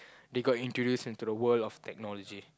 they got introduce into the world of technology